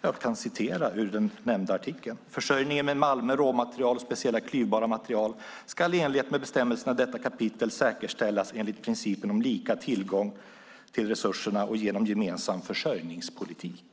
Jag citerar ur den nämnda artikeln: "Försörjningen med malmer, råmaterial och speciella klyvbara material skall i enlighet med bestämmelserna i detta kapitel säkerställas enligt principen om lika tillgång till resurserna och genom gemensam försörjningspolitik."